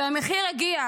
והמחיר הגיע,